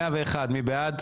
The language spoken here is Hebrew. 123, מי בעד?